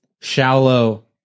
shallow